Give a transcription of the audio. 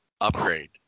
upgrade